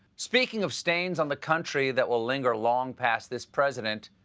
speaking of stains on the country that will linger long past this president,